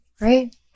Right